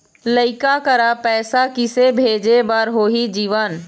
लइका करा पैसा किसे भेजे बार होही जीवन